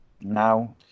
Now